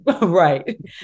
Right